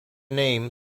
name